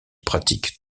pratique